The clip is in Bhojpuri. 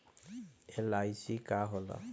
एल.आई.सी का होला?